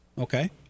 okay